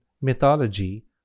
mythology